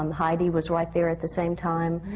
um heidi was right there at the same time,